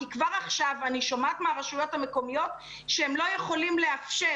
כי כבר עכשיו אני שומעת מהרשויות המקומיות שהם לא יכולים לאפשר